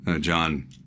John